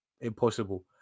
impossible